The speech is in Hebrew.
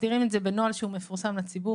מסדירים את זה בנוהל שהוא מפורסם לציבור